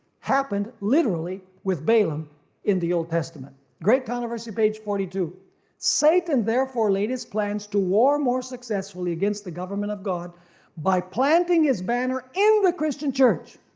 happened literally with balaam in the old testament. great controversy page forty two satan therefore laid his plans to war more successfully against the government of god by planting his banner in the christian church.